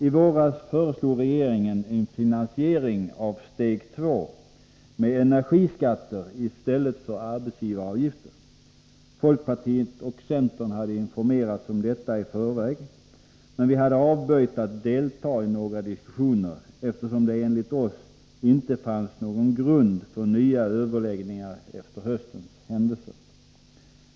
I våras föreslog regeringen en finansiering av steg 2 med energiskatter i stället för arbetsgivaravgifter. Folkpartiet och centern hade informerats om detta i förväg, men vi hade avböjt att delta i några diskussioner, eftersom det enligt oss inte fanns någon grund för nya överläggningar efter höstens händelser.